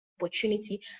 opportunity